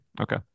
okay